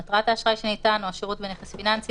מטרת האשראי שניתן או השירות בנכס פיננסי,